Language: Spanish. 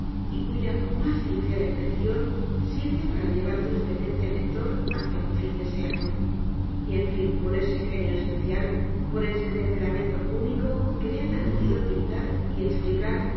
y edgar poe cuya más ligera intención sirve para llevar dulcemente al lector hacia un fin deseado y en fin por ese genio especial por ese temperamento único que le ha permitido pintar y explicar